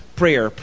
prayer